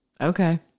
Okay